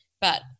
but-